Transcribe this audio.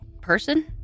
person